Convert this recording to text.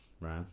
right